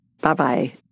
Bye-bye